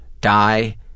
die